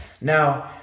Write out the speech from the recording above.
Now